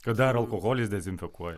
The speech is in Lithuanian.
kad dar alkoholis dezinfekuoja